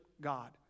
God